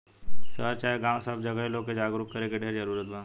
शहर चाहे गांव सब जगहे लोग के जागरूक करे के ढेर जरूरत बा